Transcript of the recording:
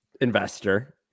investor